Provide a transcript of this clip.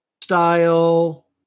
style